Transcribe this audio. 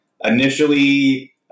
initially